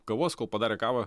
kavos kol padarė kavą